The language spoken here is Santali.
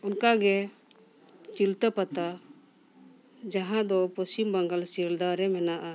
ᱚᱱᱠᱟ ᱜᱮ ᱪᱤᱞᱛᱟᱹ ᱯᱟᱛᱟ ᱡᱟᱦᱟᱸ ᱫᱚ ᱯᱚᱥᱪᱤᱢ ᱵᱟᱝᱜᱟᱞ ᱥᱤᱞᱫᱟᱹ ᱨᱮ ᱢᱮᱱᱟᱜᱼᱟ